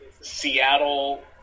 Seattle